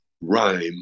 rhyme